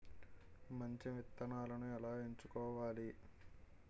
మంచి విత్తనాలను ఎలా ఎంచుకోవాలి?